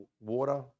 water